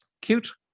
Cute